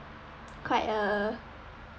quite a